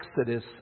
exodus